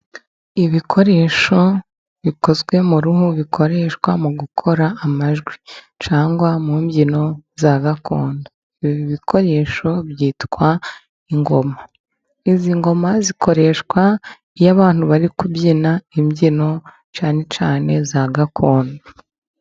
Ibikoresho bikozwe mu ruhu bikoreshwa mu gukora amajwi, cyangwa mu mbyino za gakondo. Ibi bikoresho byitwa ingoma. Izi ngoma zikoreshwa iyo abantu bari kubyina imbyino, cyane cyane za gakondo.